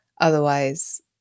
otherwise